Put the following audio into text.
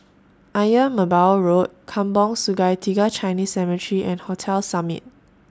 Ayer Merbau Road Kampong Sungai Tiga Chinese Cemetery and Hotel Summit